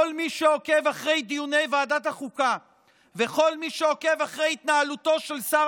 כל מי שעוקב אחרי דיוני ועדת החוקה וכל מי שעוקב אחרי התנהלותו של שר